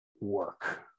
work